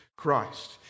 Christ